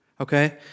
Okay